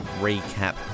recap